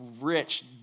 rich